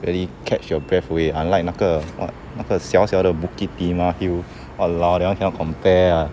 really catch your breath away unlike 那个那个小小的 bukit timah hill !walao! that one cannot compare